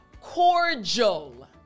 cordial